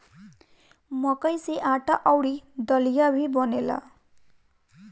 मकई से आटा अउरी दलिया भी बनेला